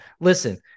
Listen